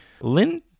Lynn